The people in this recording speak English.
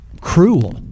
cruel